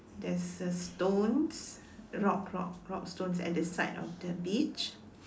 there is a stones rock rock rock stones at the side of the beach